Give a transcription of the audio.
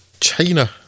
China